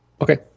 Okay